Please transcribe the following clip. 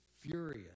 furious